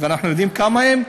ואנחנו יודעים כמה הם,